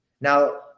now